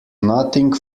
nothing